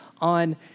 on